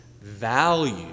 value